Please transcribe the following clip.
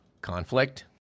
conflict